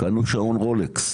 קנו שעון רולקס,